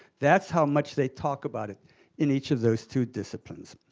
that's how much they talk about it in each of those two disciplines.